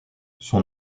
son